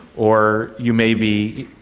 or you may be,